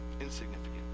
Insignificant